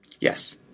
Yes